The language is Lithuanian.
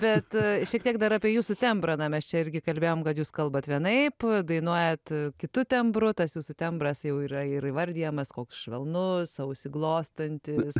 bet šiek tiek dar apie jūsų tembrą na mes čia irgi kalbėjom kad jūs kalbat vienaip dainuojat kitu tembru tas jūsų tembras jau yra ir įvardijamas koks švelnus ausį glostantis